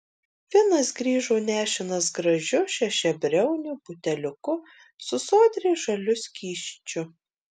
finas grįžo nešinas gražiu šešiabriauniu buteliuku su sodriai žaliu skysčiu